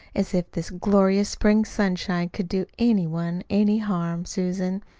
as if this glorious spring sunshine could do any one any harm! susan,